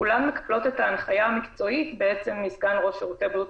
כולן מקבלות את ההנחיה המקצועית מסגן ראש שירותי בריאות